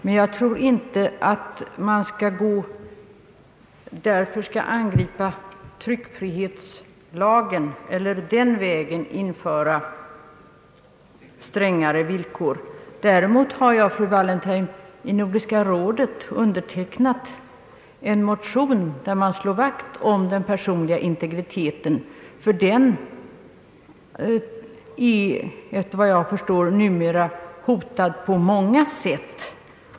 Men jag tror inte att man därför skall angripa tryckfrihetslagen och på den vägen införa strängare villkor. Däremot har jag, fru Wallentheim, i Nordiska rådet undertecknat en motion där man slår vakt om den personliga integriteten, ty den är efter vad jag förstår numera hotad på många sätt.